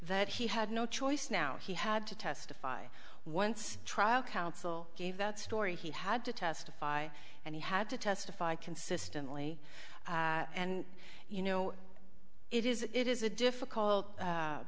that he had no choice now he had to testify once trial counsel gave that story he had to testify and he had to testify consistently and you know it is it is a difficult